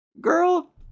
Girl